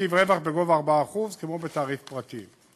מרכיב רווח בגובה 4%, כמו בתעריף הפרטי.